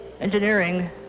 Engineering